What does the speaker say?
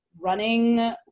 running